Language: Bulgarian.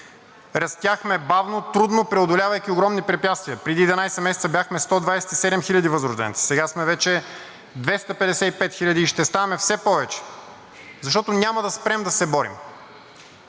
Растяхме бавно, трудно преодолявайки огромни препятствия. Преди 11 месеца бяхме 127 хиляди възрожденци, сега сме вече 255 хиляди и ще ставаме все повече, защото няма да спрем да се борим